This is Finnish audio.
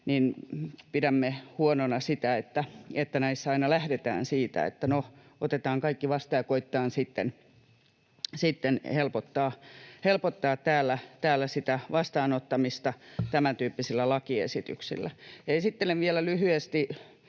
pidämme huonona sitä, että näissä aina lähdetään siitä, että no, otetaan kaikki vastaan ja koetetaan sitten helpottaa täällä sitä vastaanottamista tämäntyyppisillä lakiesityksillä. Esittelen vielä lyhyesti